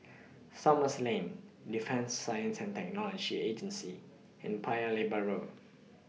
Thomson Lane Defence Science and Technology Agency and Paya Lebar Road